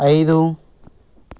ఐదు